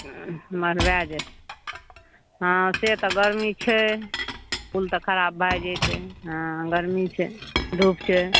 मलुआए जैतै हँ से तऽ गर्मी छै फूल तऽ खराप भए जैतै हँ गर्मी छै धूप छै